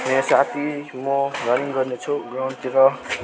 यहाँ साथी म रनिङ गर्नेछु ग्राउन्डतिर